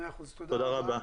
תודה רבה.